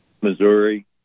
Missouri